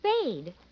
Spade